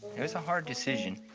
it was a hard decision.